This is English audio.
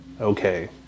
okay